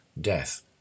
death